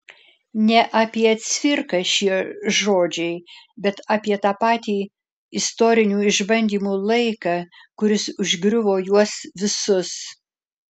ne apie cvirką šie žodžiai bet apie tą patį istorinių išbandymų laiką kuris užgriuvo juos visus